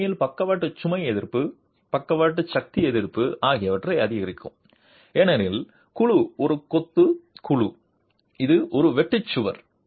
இது உண்மையில் பக்கவாட்டு சுமை எதிர்ப்பு பக்கவாட்டு சக்தி எதிர்ப்பு ஆகியவற்றை அதிகரிக்கும் ஏனெனில் குழு ஒரு கொத்து குழு இது ஒரு வெட்டு சுவர்